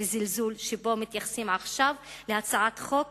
בזלזול שבו מתייחסים עכשיו להצעת חוק